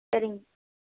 சரிங்க